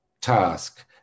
task